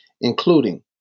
including